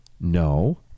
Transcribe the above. No